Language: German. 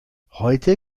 heute